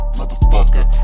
motherfucker